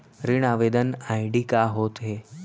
ऋण आवेदन आई.डी का होत हे?